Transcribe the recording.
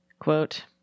Quote